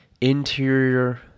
interior